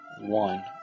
one